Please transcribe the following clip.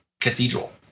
cathedral